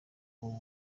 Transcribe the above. ubu